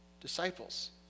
disciples